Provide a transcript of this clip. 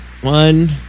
One